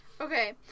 Okay